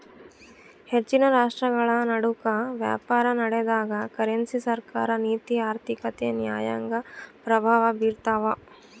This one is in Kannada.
ಹೆಚ್ಚಿನ ರಾಷ್ಟ್ರಗಳನಡುಕ ವ್ಯಾಪಾರನಡೆದಾಗ ಕರೆನ್ಸಿ ಸರ್ಕಾರ ನೀತಿ ಆರ್ಥಿಕತೆ ನ್ಯಾಯಾಂಗ ಪ್ರಭಾವ ಬೀರ್ತವ